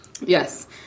Yes